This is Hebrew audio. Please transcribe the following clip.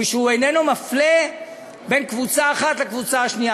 ושהוא איננו מפלה בין קבוצה אחת לקבוצה אחרת.